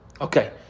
Okay